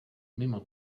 mimo